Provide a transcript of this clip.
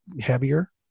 heavier